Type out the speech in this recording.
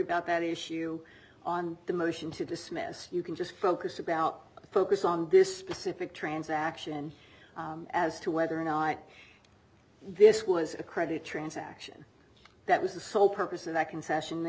about that issue on the motion to dismiss you can just focus about the focus on this specific transaction as to whether or not this was a credit transaction that was the sole purpose of that concession the